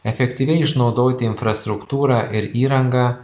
efektyviai išnaudoti infrastruktūrą ir įrangą